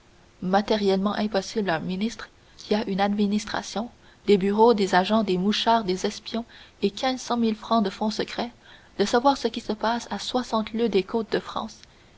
matériellement impossible à un ministre qui a une administration des bureaux des agents des mouchards des espions et quinze cent mille francs de fonds secrets de savoir ce qui se passe à soixante lieues des côtes de france